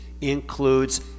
includes